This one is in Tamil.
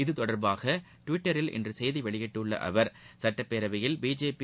இத்தொடர்பாக டுவிட்டரில் இன்று செய்தி வெளியிட்ட அவர் சுட்டப்பேரவையில் பிஜேபி